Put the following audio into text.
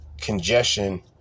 congestion